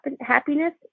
happiness